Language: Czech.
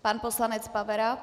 Pan poslanec Pavera.